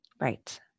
right